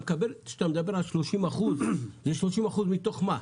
כשאתה מדבר על 30 אחוזים, זה 30 אחוזים מתוך מה?